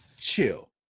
Chill